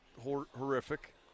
horrific